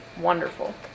wonderful